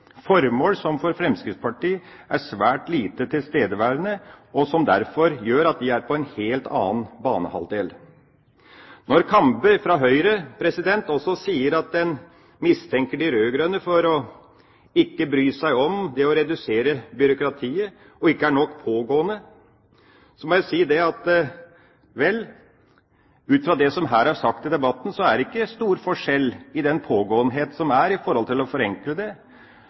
formål som for Fremskrittspartiet er svært lite tilstedeværende, og som derfor gjør at de er på en helt annen banehalvdel. Når Kambe fra Høyre også sier at en mistenker de rød-grønne for å ikke bry seg om det å redusere byråkratiet og ikke er nok pågående, så må jeg si: Vel, ut fra det som her er sagt i debatten, er det ikke stor forskjell i den pågåenhet som er i forhold til å forenkle det.